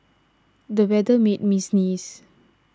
the weather made me sneeze